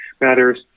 matters